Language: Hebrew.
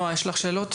נעם, יש לך שאלות?